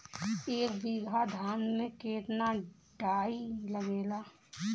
एक बीगहा धान में केतना डाई लागेला?